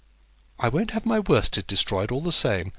i won't have my worsted destroyed all the same.